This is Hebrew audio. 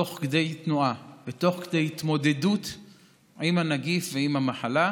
תוך כדי תנועה ותוך כדי התמודדות עם הנגיף ועם המחלה,